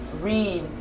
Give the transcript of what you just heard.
read